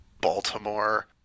Baltimore